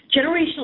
Generational